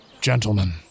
Gentlemen